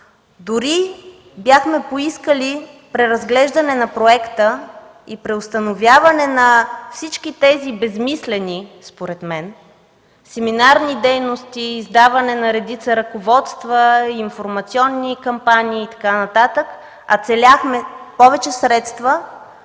Дори бяхме поискали преразглеждане на проекта и преустановяване на всички тези безсмислени според мен семинарни дейности, издаване на редица ръководства, информационни кампании – целяхме повече средства